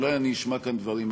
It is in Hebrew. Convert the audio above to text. שאולי אשמע כאן דברים אחרים.